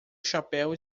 chapéu